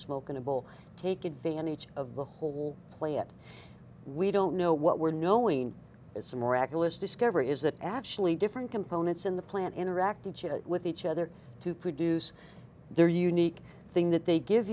smoking a bowl take advantage of the whole play it we don't know what we're knowing it's a miraculous discovery is that actually different components in the plant interacting with each other to produce their unique thing that they give